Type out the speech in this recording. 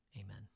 amen